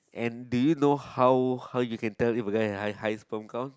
and did you know how how you can tell if a guy has high sperm count